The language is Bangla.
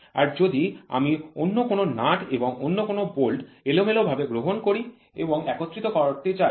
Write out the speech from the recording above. আর যদি আমি অন্য কোনও নাট্ এবং অন্য কোনও বোল্ট এলোমেলোভাবে গ্রহণ করি এবং একত্রিত করতে চাই তখন এটি নাও মিলতে হতে পারে